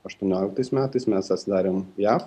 aštuonioliktais metais mes atidarėm jav